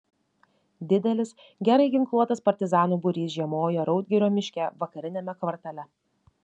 didelis gerai ginkluotas partizanų būrys žiemojo raudgirio miške vakariniame kvartale